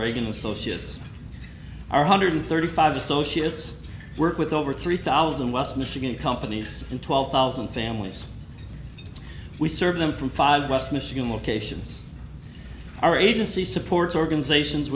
reagan associates our hundred thirty five associates work with over three thousand west michigan companies and twelve thousand families we serve them from five west michigan locations our agency supports organizations